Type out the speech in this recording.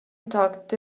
talked